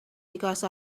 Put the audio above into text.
because